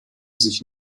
sich